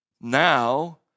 Now